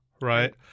right